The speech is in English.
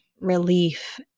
relief